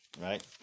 right